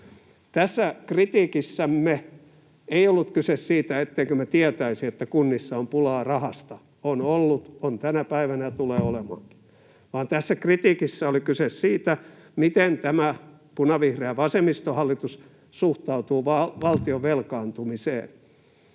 Tässä kritiikissämme ei ollut kyse siitä, ettemmekö me tietäisi, että kunnissa on pulaa rahasta — on ollut, on tänä päivänä ja tulee olemaankin — vaan tässä kritiikissä oli kyse siitä, miten tämä punavihreä vasemmistohallitus suhtautuu valtion velkaantumiseen: